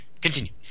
continue